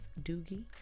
Doogie